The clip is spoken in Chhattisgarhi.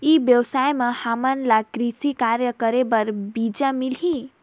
ई व्यवसाय म हामन ला कृषि कार्य करे बर बीजा मिलही?